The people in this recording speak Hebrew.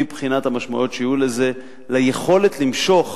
מבחינת המשמעויות שיהיו לזה על יכולת למשוך